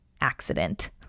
accident